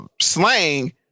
slang